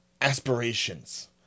aspirations